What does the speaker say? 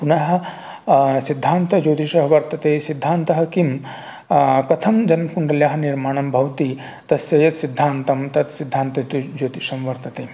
पुनः सिद्धान्तज्योतिषं वर्तते सिद्धान्तः किं कथं जन्मकुण्डल्याः निर्माणं भवति तस्य यत् सिद्धान्तं तत् सिद्धान्तज्योतिषं वर्तते